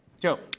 joe.